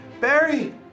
Barry